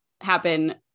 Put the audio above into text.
happen